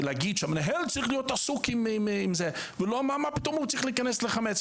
להגיד שהמנהל צריך להיות עסוק עם זה ומה פתאום הוא צריך להיכנס לחמץ?